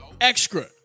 extra